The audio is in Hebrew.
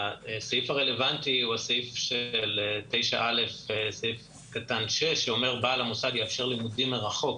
הסעיף הרלוונטי הוא סעיף 9א(6) שאומר ש"בעל המוסד יאפשר לימודים מרחוק